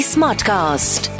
Smartcast